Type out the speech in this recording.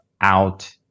out